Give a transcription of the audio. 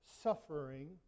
Suffering